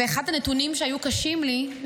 ואחד הנתונים שהיו קשים לי,